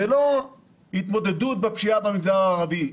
זו לא התמודדות עם פשיעה בחברה הערבית,